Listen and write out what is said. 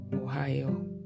Ohio